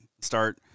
Start